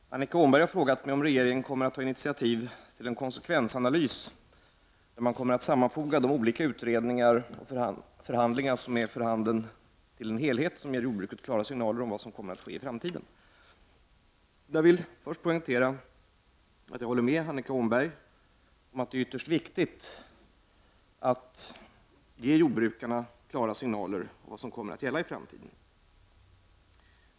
Herr talman! Annika Åhnberg har frågat mig om regeringen kommer att ta initiativ till en konsekvensanalys i vilken man kommer att sammanfoga de olika utredningar och förhandlingar som är för handen till en helhet, som ger jordbruket klara signaler om vad som kommer att ske i framtiden. Jag vill inledningsvis poängtera att jag håller med Annika Åhnberg om att det är ytterst viktigt att ge jordbrukarna klara signaler om vad som kommer att gälla i framtiden.